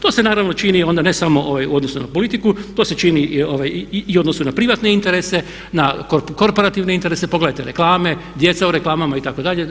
To se naravno čini onda ne samo u odnosu na politiku, to se čini i u odnosu na privatne interese, na korporativne interese, pogledajte reklame, djeca u reklamama itd.